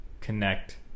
connect